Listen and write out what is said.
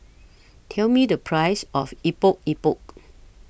Tell Me The Price of Epok Epok